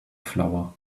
flower